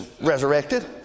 resurrected